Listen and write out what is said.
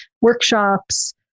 workshops